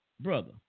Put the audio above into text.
Brother